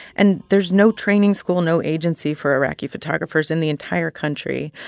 and there's no training school, no agency for iraqi photographers in the entire country,